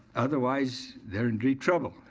otherwise, they're in deep trouble.